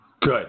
Good